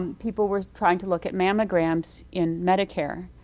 um people were trying to look at mammograms in medicare.